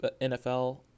NFL